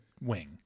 wing